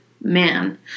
man